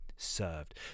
Served